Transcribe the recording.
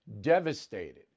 devastated